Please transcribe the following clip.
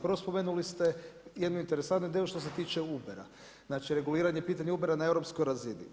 Prvo spomenuli ste jednu interesantnu ideju što se tiče Ubera, znači reguliranje pitanja Ubera na europskoj razini.